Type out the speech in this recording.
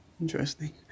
interesting